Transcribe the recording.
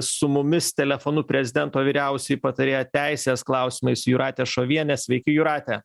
su mumis telefonu prezidento vyriausioji patarėja teisės klausimais jūratė šovienė sveiki jūrate